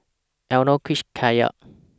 Elenore Cruz Kaycee